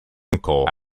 uncle